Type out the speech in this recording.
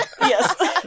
Yes